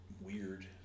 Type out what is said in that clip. weird